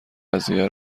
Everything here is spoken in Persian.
قضیه